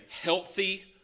healthy